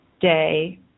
day